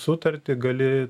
sutartį gali